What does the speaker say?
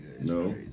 No